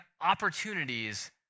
opportunities